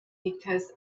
because